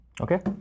okay